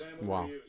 Wow